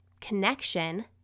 connection